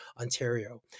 Ontario